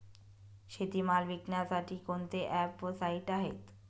शेतीमाल विकण्यासाठी कोणते ॲप व साईट आहेत?